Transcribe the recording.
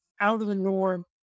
out-of-the-norm